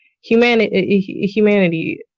humanity